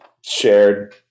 shared